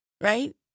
right